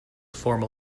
formal